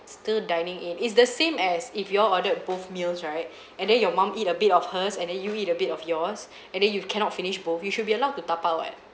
still dining in it's the same as if you all ordered both meals right and then your mum eat a bit of hers and then you eat a bit of yours and then you cannot finish both you should be allowed to tapau [what]